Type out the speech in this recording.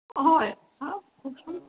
হয় ছাৰ কওকচোন